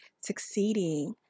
succeeding